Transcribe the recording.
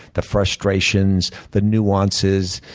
the frustrations, the nuances.